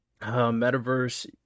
Metaverse